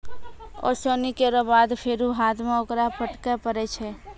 ओसौनी केरो बाद फेरु हाथ सें ओकरा फटके परै छै